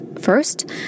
first